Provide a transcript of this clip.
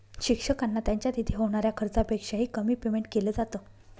शिक्षकांना त्यांच्या तिथे होणाऱ्या खर्चापेक्षा ही, कमी पेमेंट केलं जात